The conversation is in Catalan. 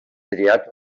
triat